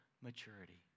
maturity